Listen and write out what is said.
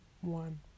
one